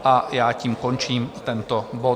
A já tím končím tento bod.